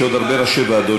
יש עוד הרבה ראשי ועדות,